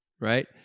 right